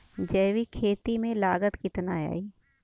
जैविक खेती में लागत कितना आई?